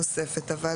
קודם